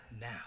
now